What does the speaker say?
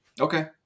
Okay